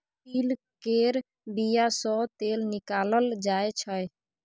तिल केर बिया सँ तेल निकालल जाय छै